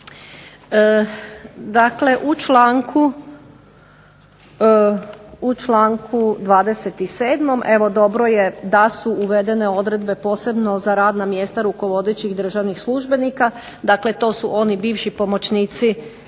Dakle, u članku 27. evo dobro je da su uvedene odredbe posebno za radna mjesta rukovodećih državnih službenika, dakle to su oni bivši pomoćnici